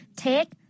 take